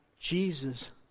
Jesus